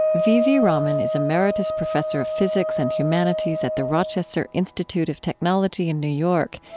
v v. raman is emeritus professor of physics and humanities at the rochester institute of technology in new york.